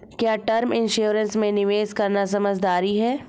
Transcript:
क्या term insurance में निवेश करना समझदारी है?